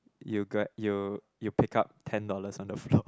you got you you pick up ten dollars on the floor